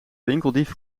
winkeldief